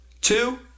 Two